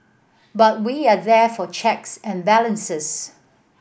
but we are there for checks and balances